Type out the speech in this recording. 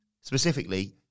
specifically